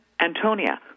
Antonia